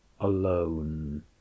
alone